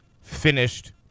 finished